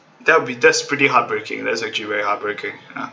that would be that's pretty heartbreaking that's actually very heartbreaking ya